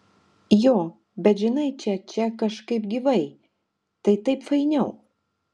jo bet žinai čia čia kažkaip gyvai tai taip fainiau